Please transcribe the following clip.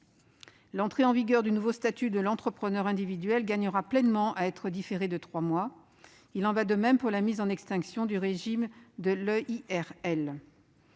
L'entrée en vigueur du nouveau statut de l'entrepreneur individuel gagnera pleinement à être différée de trois mois. Il en va de même de la mise en extinction du régime de l'EIRL.